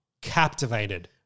captivated